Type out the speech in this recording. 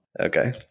okay